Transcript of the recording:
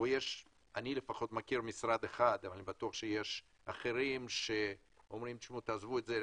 אני מכיר משרד אבל בטוח יש אחרים שאומרים תעזבו את זה,